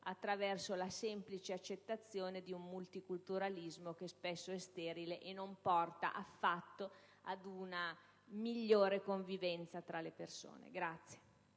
attraverso la semplice accettazione di un multiculturalismo che spesso è sterile e non porta affatto ad una migliore convivenza tra le persone.